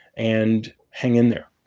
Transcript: and hang in there.